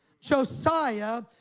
Josiah